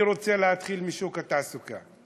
אני רוצה להתחיל בשוק התעסוקה.